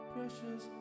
Precious